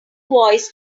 voice